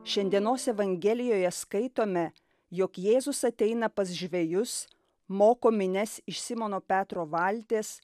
šiandienos evangelijoje skaitome jog jėzus ateina pas žvejus moko minias iš simono petro valties